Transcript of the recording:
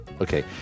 Okay